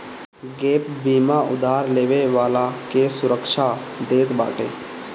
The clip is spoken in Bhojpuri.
गैप बीमा उधार लेवे वाला के सुरक्षा देत बाटे